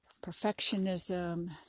perfectionism